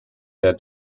der